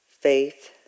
faith